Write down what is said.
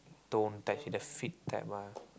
tone type she the fit type ah